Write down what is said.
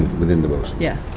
within the boces, yeah